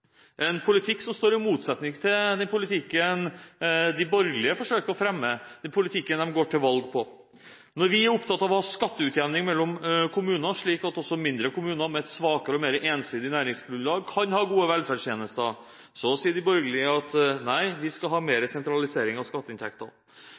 en politikk som står i motsetning til den politikken de borgerlige forsøker å fremme, den politikken de går til valg på. Når vi er opptatt av å ha skatteutjevning mellom kommuner, slik at også mindre kommuner med et svakere og mer ensidig næringsgrunnlag kan ha gode velferdstjenester, sier de borgerlige at vi skal ha mer